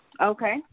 Okay